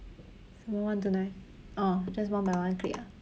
什么 one two nine orh just one by one click ah